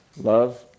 Love